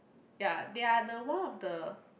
ya they are the one of the